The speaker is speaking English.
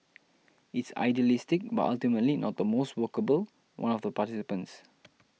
it's idealistic but ultimately not the most workable one of the participants